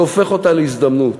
והופך אותה להזדמנות.